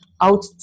out